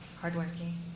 hardworking